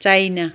China